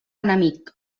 enemic